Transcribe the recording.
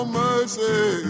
mercy